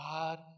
God